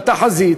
בתחזית,